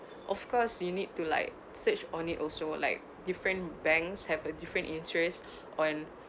of course you need to like search on it also like different banks have a different interest on